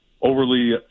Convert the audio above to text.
overly